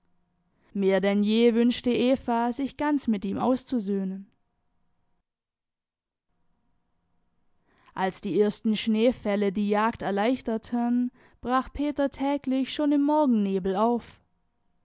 mehr denn je wünschte eva sich ganz mit ihm auszusöhnen als die ersten schneefälle die jagd erleichterten brach peter täglich schon im morgennebel auf